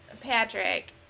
Patrick